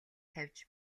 тавьж